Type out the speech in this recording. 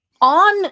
on